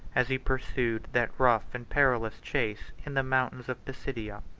as he pursued that rough and perilous chase in the mountains of pisidia.